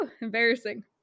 Embarrassing